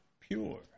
pure